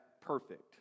perfect